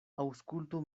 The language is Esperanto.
aŭskultu